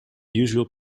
usual